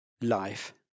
life